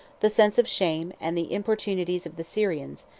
the sense of shame, and the importunities of the syrians,